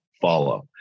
follow